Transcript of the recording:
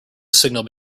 signal